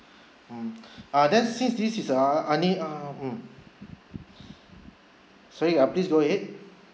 um uh there since this is our anni~ err um sorry uh please go ahead